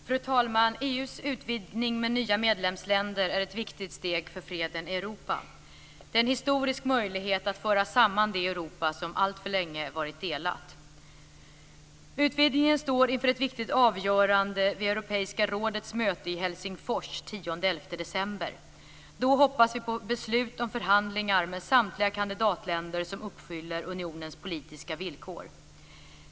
Fru talman! EU:s utvidgning med nya medlemsländer är ett viktigt steg för freden i Europa. Det är en historisk möjlighet att föra samman det Europa som alltför länge har varit delat. Utvidgningen står inför ett viktigt avgörande vid europeiska rådets möte i Helsingfors den 10-11 december. Då hoppas vi på beslut om förhandlingar med samtliga kandidatländer som uppfyller unionens politiska villkor.